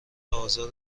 آزار